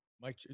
Mike